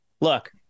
Look